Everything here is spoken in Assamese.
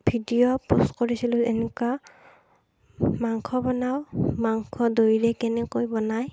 ভিডিঅ' পষ্ট কৰিছিলো এনেকুৱা মাংস বনাওঁ মাংস দৈৰে কেনেকৈ বনাই